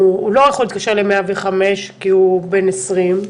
הוא לא יכול להתקשר ל-105 כי הוא בן 20,